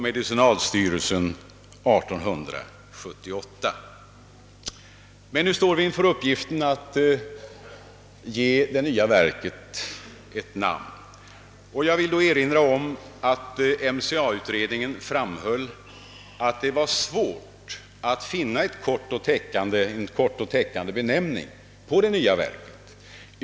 Medicinalstyrelsen tillkom 1877. Men nu står vi inför uppgiften att ge det nya verket ett namn. Jag vill då erinra om att MCA-utredningen framhöll att det var svårt att finna en kort och täckande benämning för det nya verket.